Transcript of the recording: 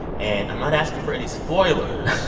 and i'm not asking for any spoilers,